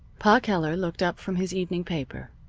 pa keller looked up from his evening paper.